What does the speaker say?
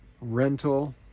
rental